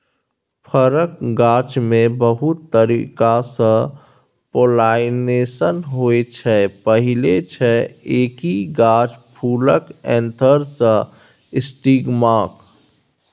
फरक गाछमे बहुत तरीकासँ पोलाइनेशन होइ छै पहिल छै एकहि गाछ फुलक एन्थर सँ स्टिगमाक